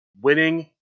winning